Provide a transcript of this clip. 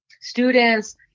students